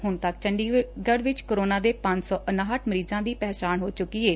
ਹੁਣ ਤੱਕ ਚੰਡੀਗੜ੍ਹ ਵਿੱਚ ਕੋਰੋਨਾ ਦੇ ਪੰਜ ਸੌ ਉਨਾਹਟ ਮਰੀਜਾਂ ਦੀ ਪਹਿਚਾਣ ਹੋ ਚੁੱਕੀ ਏ